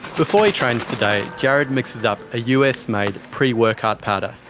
before he trains today, jared mixes up a us-made pre-workout powder.